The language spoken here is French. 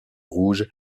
rouge